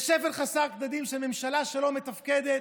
לשפל חסר תקדים של ממשלה שלא מתפקדת.